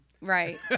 right